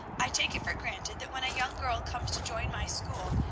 i take it for granted that when a young girl comes to join my school,